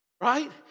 right